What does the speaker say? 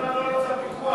הפיקוח,